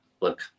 look